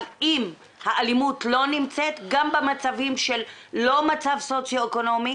אבל האלימות לא נמצאת גם במצבים של לא מצב סוציואקונומי,